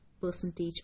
percentage